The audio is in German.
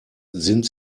sind